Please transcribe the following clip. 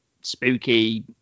spooky